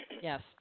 yes